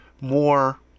more